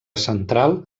central